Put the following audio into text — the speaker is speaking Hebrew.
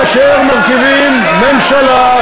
כאשר מרכיבים ממשלה,